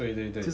对对对